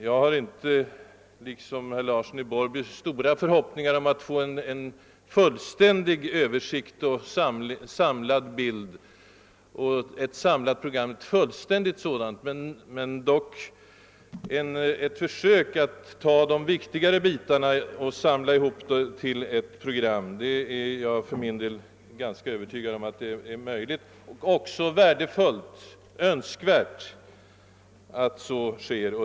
Jag har liksom herr Larsson i Borrby nog inte några stora förhoppningar om att få ett fullständigt miljövårdsprogram, men jag hoppas dock på ett försök att samla ihop de viktigare bitarna till ett sådant program. Jag är ganska övertygad om att detta är möjligt och att det också vore värdefullt och önskvärt att så sker.